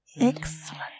Excellent